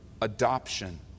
adoption